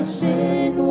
sin